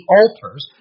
altars